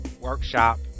workshop